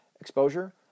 exposure